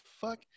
fuck